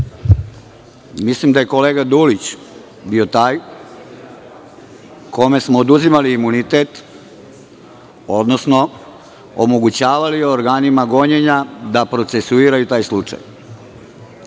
Mislim da je kolega Dulić bio taj kome smo oduzimali imunitet, odnosno omogućavali organima gonjenja da procesuiraju taj slučaj.